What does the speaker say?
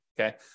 okay